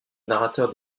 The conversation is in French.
narrateur